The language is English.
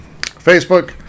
facebook